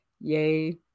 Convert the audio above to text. Yay